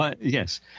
yes